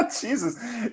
Jesus